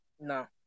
No